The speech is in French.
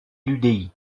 l’udi